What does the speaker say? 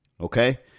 Okay